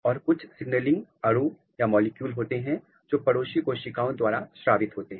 और कुछ सिग्नलिंग अणु मॉलिक्यूल होते हैं जो पड़ोसी कोशिकाओं द्वारा स्रावित होते हैं